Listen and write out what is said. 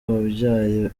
wabyaye